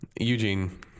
Eugene—